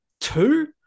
Two